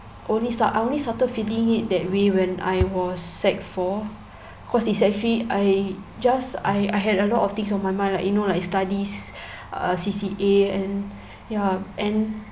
only start I only started feeling it that way when I was sec four cause it's actually I just I I had a lot of things on my mind like you know like studies uh C_C_A and ya and